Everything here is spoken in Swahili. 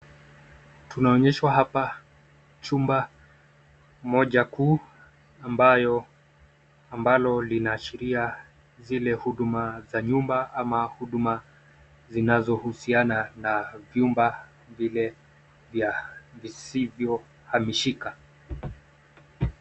Tunaonyeshwa hapa chumba mmoja kuu ambalo linaashiria zile huduma za nyumba ama huduma zinazohusiana na vyumba vile vya visivyohamishika.